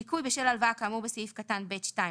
ניכוי בשל הלוואה כאמור בסעיף קטן (ב)(2)